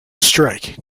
strike